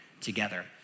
together